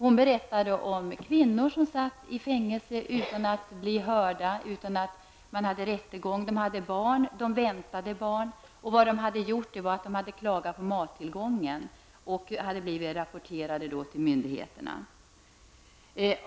Han berättade att kvinnor satts i fängelse utan rättegång, utan att ens ha blivit hörda. En del av dem hade barn eller var gravida. Det enda dessa kvinnor hade gjort var att klaga på tillgången på mat, och blivit rapporterade till myndigheterna.